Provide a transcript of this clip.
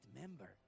member